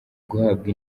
guhabwa